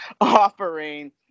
offering